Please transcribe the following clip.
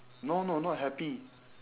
no no not happy